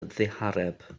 ddihareb